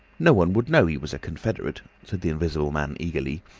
no one would know he was a confederate, said the invisible man, eagerly.